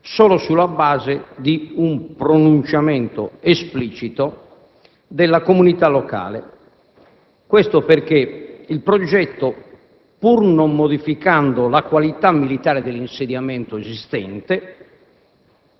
solo sulla base di un pronunciamento esplicito della comunità locale. Questo perché il progetto, pur non modificando la qualità militare dell'insediamento esistente,